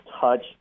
touch